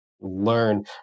learn